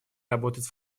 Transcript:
работать